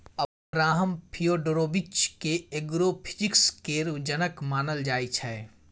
Abraham Fyodorovich केँ agro physics केर जनक मानल जाइ छै